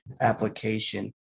application